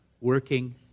working